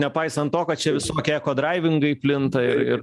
nepaisant to kad čia visokie ekodraivingai plinta ir